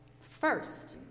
First